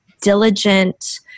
diligent